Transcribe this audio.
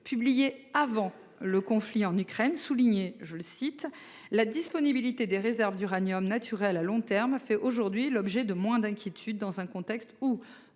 publié avant le conflit en Ukraine, l'a souligné :« La disponibilité des réserves d'uranium naturel à long terme fait aujourd'hui l'objet de moins d'inquiétude, dans un contexte où